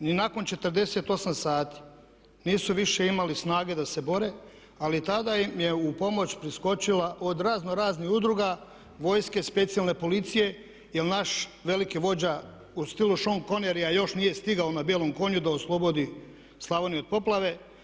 ni nakon 48 sati nisu više imali snage da se bore, ali tada im je u pomoć priskočila od razno raznih udruga, vojske, specijalne policije jel naš veliki vođa u stilu Sean Connerya još nije stigao na bijelom konju da oslobodi Slavoniju od poplave.